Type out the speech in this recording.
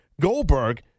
Goldberg